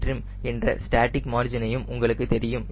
CLtrim என்ற static மார்ஜினையும் உங்களுக்கு தெரியும்